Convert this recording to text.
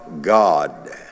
God